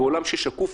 בעולם שקוף,